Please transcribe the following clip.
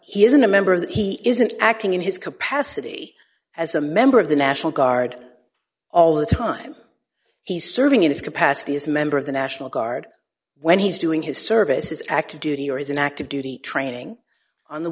he isn't a member of that he isn't acting in his capacity as a member of the national guard all the time he's serving in his capacity as member of the national guard when he's doing his service is active duty or is an active duty training on the